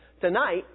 Tonight